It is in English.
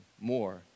more